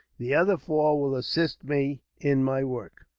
the other four will assist me in my work.